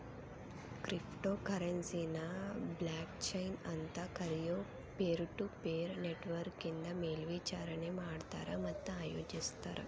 crypto ಕರೆನ್ಸಿನ blockchain ಅಂತ್ ಕರಿಯೊ ಪೇರ್ಟುಪೇರ್ ನೆಟ್ವರ್ಕ್ನಿಂದ ಮೇಲ್ವಿಚಾರಣಿ ಮಾಡ್ತಾರ ಮತ್ತ ಆಯೋಜಿಸ್ತಾರ